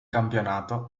campionato